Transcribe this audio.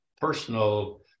personal